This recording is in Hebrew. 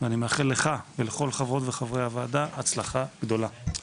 ואני מאחל לך ולכל חברות וחברי הוועדה הצלחה גדולה.